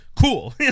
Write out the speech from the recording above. cool